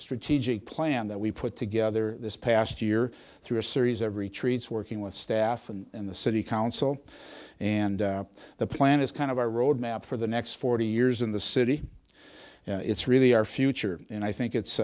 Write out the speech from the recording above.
strategic plan that we put together this past year through a series of retreats working with staff and the city council and the plan is kind of our road map for the next forty years in the city it's really our future and i think it's